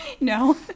No